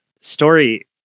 story